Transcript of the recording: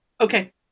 Okay